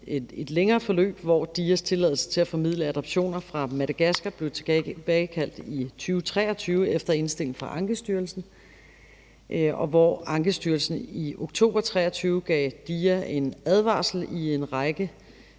et længere forløb, hvor DIA's tilladelse til at formidle adoptioner fra Madagaskar blev tilbagekaldt i 2023 efter indstilling fra Ankestyrelsen; hvor Ankestyrelsen i oktober 2023 gav DIA en advarsel i forhold